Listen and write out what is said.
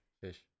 Fish